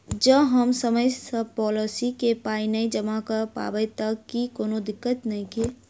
जँ हम समय सअ पोलिसी केँ पाई नै जमा कऽ पायब तऽ की कोनो दिक्कत नै नै?